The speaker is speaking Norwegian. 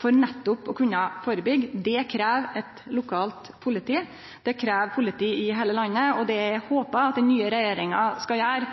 for nettopp å kunne førebyggje. Det krev eit lokalt politi, og det krev politi i heile landet. Det eg håpar at den nye regjeringa skal gjere,